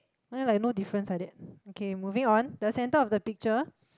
mine like no difference like that okay moving on the centre of the picture